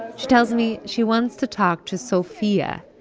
she tells me she wants to talk to sophia.